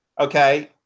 okay